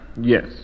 Yes